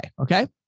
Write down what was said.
okay